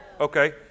Okay